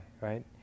right